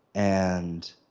and